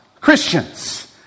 Christians